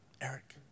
Eric